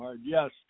yes